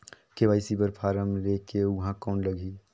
KYC बर form ले के ऊहां कौन लगही?